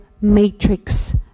matrix